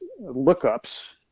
lookups